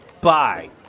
Bye